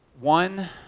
One